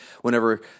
whenever